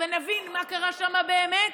ונבין מה קרה שם באמת,